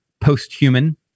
post-human